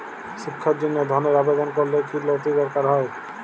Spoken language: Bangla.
শিক্ষার জন্য ধনের আবেদন করলে কী নথি দরকার হয়?